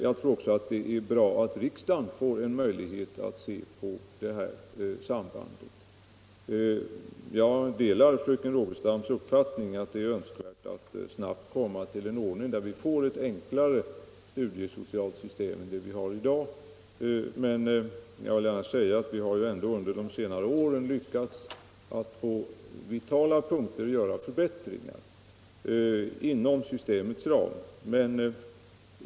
Jag tror också det är bra att riksdagen får en möjlighet att se på det här sambandet. Jag delar fröken Rogestams uppfattning att det är önskvärt att snabbt få fram ett enklare studiesocialt system än det vi har i dag. Men jag vill gärna framhålla att vi ändå under de senare åren har lyckats att på vitala punkter göra förbättringar inom det nuvarande systemets ram.